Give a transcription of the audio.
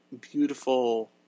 beautiful